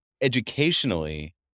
Educationally